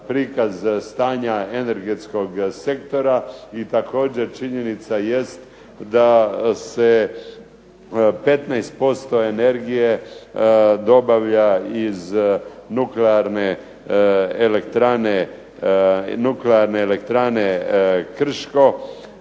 prikaz stanja energetskog sektora i također činjenica jest da se 15% energije dobavlja iz Nuklearne elektrane Krško